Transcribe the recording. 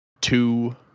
two